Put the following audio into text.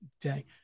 day